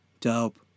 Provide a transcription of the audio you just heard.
dope